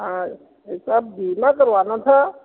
हाँ सर बीमा करवाना था